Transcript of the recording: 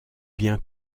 bien